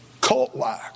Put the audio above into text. cult-like